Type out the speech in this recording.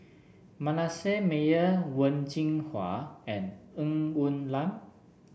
Manasseh Meyer Wen Jinhua and Ng Woon Lam